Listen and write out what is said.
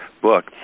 Book